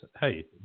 hey